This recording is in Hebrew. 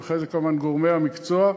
ואחרי זה כמובן עם גורמי המקצוע,